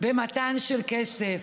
מתן כסף.